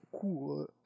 cool